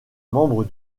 membres